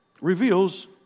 reveals